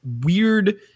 weird